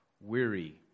weary